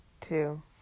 two